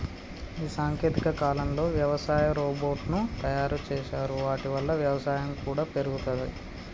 ఈ సాంకేతిక కాలంలో వ్యవసాయ రోబోట్ ను తయారు చేశారు వాటి వల్ల వ్యవసాయం కూడా పెరుగుతది